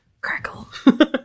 Crackle